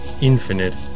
Infinite